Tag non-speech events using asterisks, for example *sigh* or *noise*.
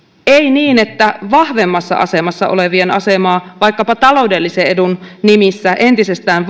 ei niin että vahvemmassa asemassa olevien asemaa vaikkapa taloudellisen edun nimissä entisestään *unintelligible*